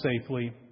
safely